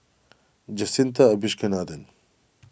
Jacintha Abisheganaden